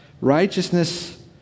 Righteousness